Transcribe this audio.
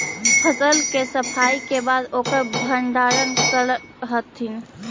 फसल के सफाई के बाद ओकर भण्डारण करऽ हथिन